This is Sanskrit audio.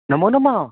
नमो नमः